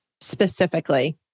specifically